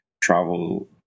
travel